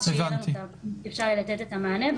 אז שאפשר יהיה לתת את המענה.